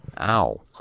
Ow